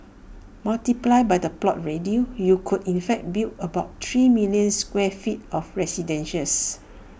multiplied by the plot ratio you could in fact build about three million square feet of residences